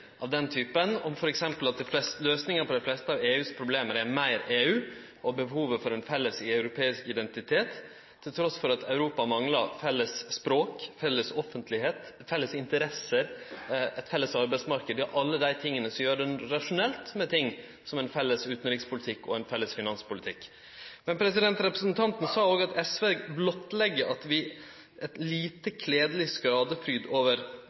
av denne typen, t.d. om at løysinga på dei fleste av EU sine problem var meir EU og behovet for ein felles europeisk identitet, trass i at Europa mangla felles språk, felles offentlegheit, felles interesser, ein felles arbeidsmarknad – ja, alle dei tinga som gjer det rasjonelt å ha t.d. ein felles utanrikspolitikk og ein felles finanspolitikk. Representanten sa òg at SV blottlegg ein lite kledeleg skadefryd over den økonomiske krisa, og at vi